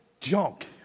junk